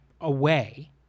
away